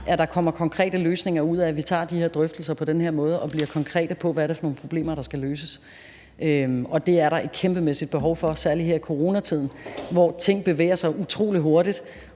at der kommer konkrete løsninger ud af, at vi tager de her drøftelser på den her måde og bliver konkrete med, hvad det er for nogle problemer, der skal løses. Det er der et kæmpemæssigt behov for, særlig her i coronatiden, hvor ting bevæger sig utrolig hurtigt